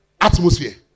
atmosphere